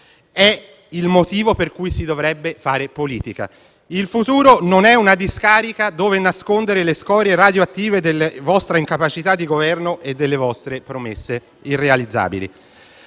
è il motivo per cui si dovrebbe fare politica. Il futuro non è una discarica dove nascondere le scorie radioattive delle vostra incapacità di governo e delle vostre promesse irrealizzabili.